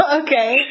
okay